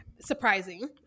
Surprising